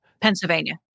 Pennsylvania